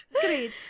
great